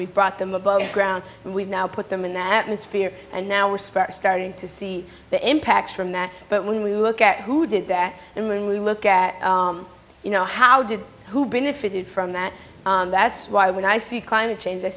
we brought them above ground and we've now put them in the atmosphere and now we spent starting to see the impacts from that but when we look at who did that and when we look at you know how did who benefited from that that's why when i see climate change